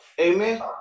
Amen